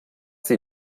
sie